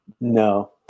No